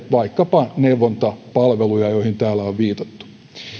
vaikkapa heidän neuvontapalveluja joihin täällä on viitattu